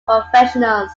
professionals